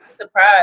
surprise